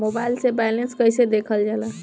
Mobile से balance कइसे देखल जाला?